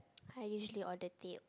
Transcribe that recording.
I usually order teh